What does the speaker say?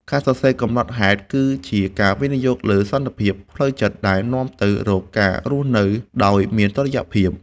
ការសរសេរកំណត់ហេតុគឺជាការវិនិយោគលើសន្តិភាពផ្លូវចិត្តដែលនាំទៅរកការរស់នៅដោយមានតុល្យភាព។